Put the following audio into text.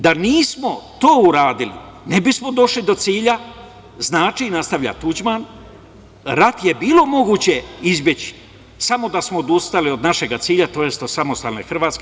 Da nismo to uradili, ne bismo došli do cilja, znači, nastavlja Tuđman, rat je bilo moguće izbeći samo da smo odustali od našeg cilja, to jest od samostalne Hrvatske.